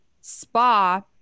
spa